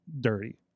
dirty